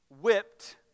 whipped